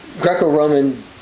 Greco-Roman